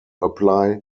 apply